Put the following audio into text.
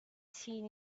seen